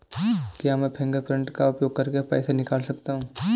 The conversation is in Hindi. क्या मैं फ़िंगरप्रिंट का उपयोग करके पैसे निकाल सकता हूँ?